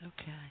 Okay